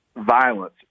violence